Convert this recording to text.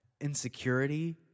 insecurity